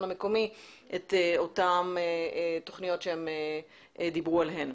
המקומי את אותן תכניות שהם דיברו עליהן.